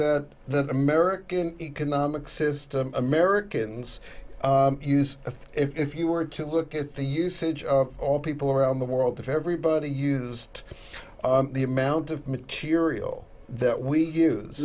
that the american economic system americans use if you were to look at the usage of all people around the world if everybody used the amount of material that we use